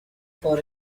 for